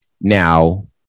Now